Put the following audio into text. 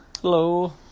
Hello